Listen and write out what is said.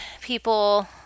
people